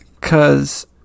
cause